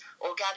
organic